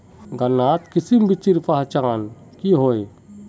गन्नात किसम बिच्चिर पहचान की होय?